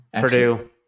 Purdue